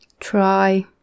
try